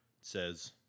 says